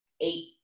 eight